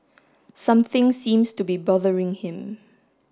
something seems to be bothering him